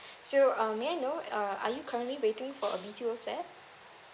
so uh may I know uh are you currently waiting for a B_T_O flat